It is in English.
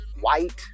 white